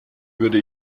würde